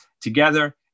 together